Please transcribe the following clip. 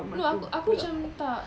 no aku aku macam tak